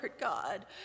God